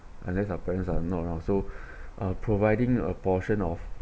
unless our parents are not around so are providing a portion of